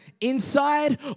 inside